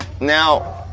Now